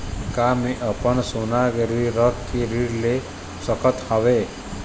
का मैं अपन सोना गिरवी रख के ऋण ले सकत हावे?